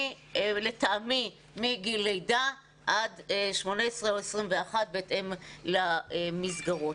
לטעמי מגיל לידה עד 18 או 21, בהתאם למסגרות.